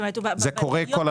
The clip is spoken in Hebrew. זה קורה כל הזמן.